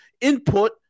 input